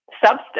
substance